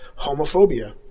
homophobia